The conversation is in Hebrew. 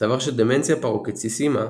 סבר ש"דמנציה פרקוציסימה"